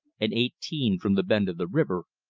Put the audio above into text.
and eighteen from the bend of the river,